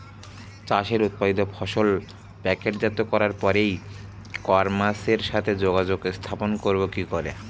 চাষের উৎপাদিত ফসল প্যাকেটজাত করার পরে ই কমার্সের সাথে যোগাযোগ স্থাপন করব কি করে?